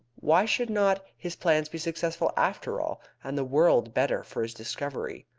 why should not his plans be successful after all, and the world better for his discovery?